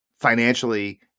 financially